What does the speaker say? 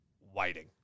waiting